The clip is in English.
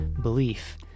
belief